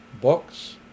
books